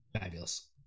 fabulous